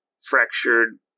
fractured